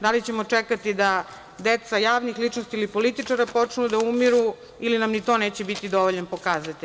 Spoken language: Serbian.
Da li ćemo čekati da deca javnih ličnosti ili političara počnu da umiru ili na ni to neće biti dovoljan pokazatelj.